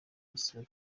igisibo